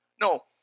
No